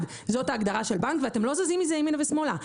זאת ההגדרה של בנק ואתם לא זזים מזה ימינה ושמאלה,